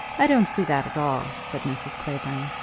i don't see that at all, said mrs. clavering.